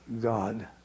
God